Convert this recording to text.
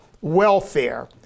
welfare